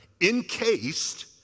encased